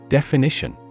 Definition